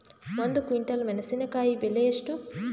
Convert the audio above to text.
ಒಂದು ಕ್ವಿಂಟಾಲ್ ಮೆಣಸಿನಕಾಯಿ ಬೆಲೆ ಎಷ್ಟು?